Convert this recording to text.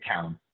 town